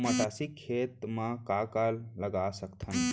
मटासी खेत म का का लगा सकथन?